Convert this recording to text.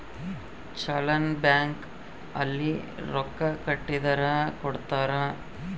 challan bank ಅಲ್ಲಿ ರೊಕ್ಕ ಕಟ್ಟಿದರ ಕೋಡ್ತಾರ